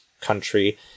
country